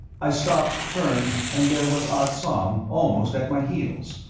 i stopped, turned, and there was ah tsong almost at my heels.